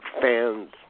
fans